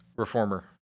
Reformer